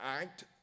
act